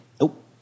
Nope